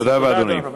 תודה רבה.